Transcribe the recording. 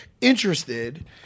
interested